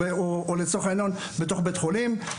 או לצורך העניין בבית חולים.